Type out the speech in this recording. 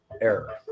error